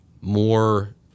more